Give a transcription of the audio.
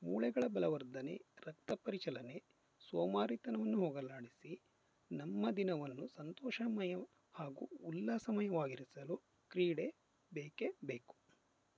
ಮೂಳೆಗಳ ಬಲವರ್ಧನೆ ರಕ್ತ ಪರಿಚಲನೆ ಸೋಮಾರಿತನವನ್ನು ಹೋಗಲಾಡಿಸಿ ನಮ್ಮ ದಿನವನ್ನು ಸಂತೋಷಮಯ ಹಾಗೂ ಉಲ್ಲಾಸಮಯವಾಗಿರಿಸಲು ಕ್ರೀಡೆ ಬೇಕೇ ಬೇಕು